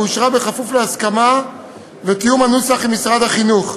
ואושרה כפוף להסכמה ולתיאום הנוסח עם משרד החינוך.